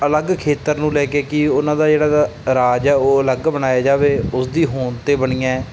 ਅਲੱਗ ਖੇਤਰ ਨੂੰ ਲੈ ਕੇ ਕਿ ਉਹਨਾਂ ਦਾ ਜਿਹੜਾ ਦਾ ਰਾਜ ਹੈ ਉਹ ਅਲੱਗ ਬਣਾਇਆ ਜਾਵੇ ਉਸਦੀ ਹੋਂਦ 'ਤੇ ਬਣੀ ਹੈ